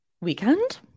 weekend